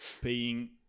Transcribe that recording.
paying